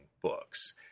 books